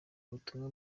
butumwa